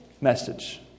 message